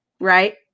right